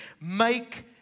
Make